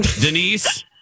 Denise